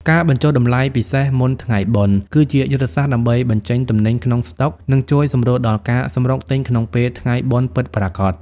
ការបញ្ចុះតម្លៃពិសេស "មុនថ្ងៃបុណ្យ" គឺជាយុទ្ធសាស្ត្រដើម្បីបញ្ចេញទំនិញក្នុងស្តុក និងជួយសម្រួលដល់ការសម្រុកទិញក្នុងពេលថ្ងៃបុណ្យពិតប្រាកដ។